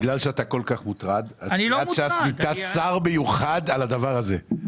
בגלל שאתה כל כך מוטרד --- מינתה שר מיוחד לדבר הזה.